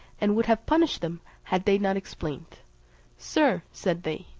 and would have punished them had they not explained sir, said they,